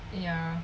ya